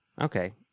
Okay